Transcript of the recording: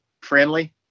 friendly